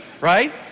Right